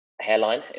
hairline